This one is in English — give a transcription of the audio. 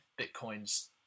Bitcoin's